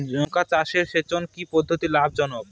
লঙ্কা চাষে সেচের কি পদ্ধতি লাভ জনক?